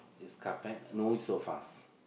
is carpet no is sofas